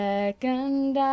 Second